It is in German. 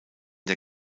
der